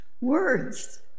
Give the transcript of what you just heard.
words